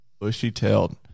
Bushy-tailed